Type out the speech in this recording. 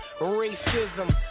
Racism